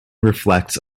reflects